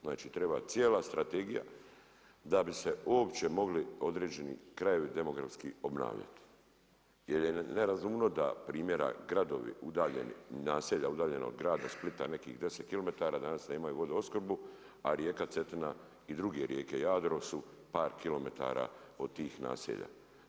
Znači treba cijela strategija da bi se uopće mogli određeni krajevi demografski obnavljati jer je nerazumno da primjera gradovi udaljeni, naselja udaljeno od grada Splita nekih 10 kilometara danas nemaju vodoopskrbu a rijeka Cetina i druge rijeke, Jadro, su par kilometara od tih naselja.